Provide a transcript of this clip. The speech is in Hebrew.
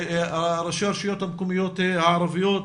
ראשי הרשויות המקומיות הערביות,